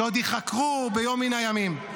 שעוד ייחקרו ביום מן הימים.